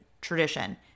tradition